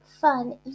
fun